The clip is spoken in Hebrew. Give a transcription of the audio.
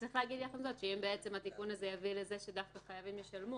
אם התיקון הזה יביא לזה שדווקא חייבים ישלמו,